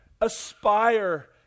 aspire